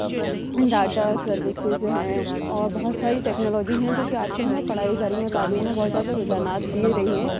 data services ہیں اور بہت ساری ٹیکنالوجی ہیں جو کہ آج کل ہمیں پڑھائی جا رہی ہیں تعلیم میں بہت زیادہ رجحانات دیے رہی ہیں